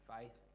faith